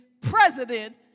president